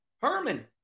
Herman